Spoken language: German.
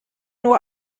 nur